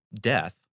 death